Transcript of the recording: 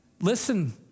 listen